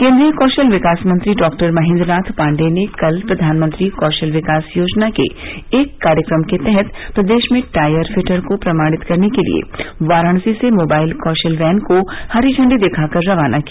केन्द्रीय कौशल विकास मंत्री डॉक्टर महेन्द्र नाथ पाण्डेय ने कल प्रधानमंत्री कौशल विकास योजना के एक कार्यक्रम के तहत प्रदेश में टायर फिटर को प्रमाणित करने के लिये वाराणसी से मोबाइल कौशल वैन को हरी झंडी दिखाकर खाना किया